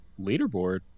leaderboard